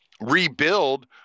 rebuild